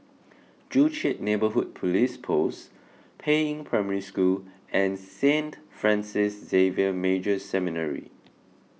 Joo Chiat Neighbourhood Police Post Peiying Primary School and Saint Francis Xavier Major Seminary